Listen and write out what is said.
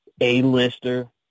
A-lister